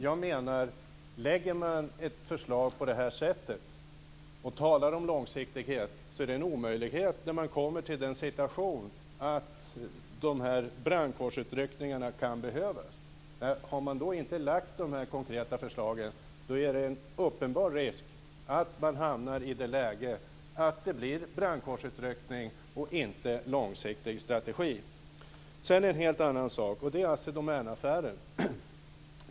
Lägger man fram ett förslag på det här sättet och talar om långisktighet blir det en omöjlighet när man kommer till en situation där det kan behövas brandkårsutryckningar. Har man inte lagt fram förslag om konkreta åtgärder är det en uppenbar risk att man hamnar i det läget att det blir en brandkårsutryckning och inte en långsiktig strategi. Sedan en helt annan sak - Assi Domän-affären.